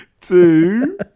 Two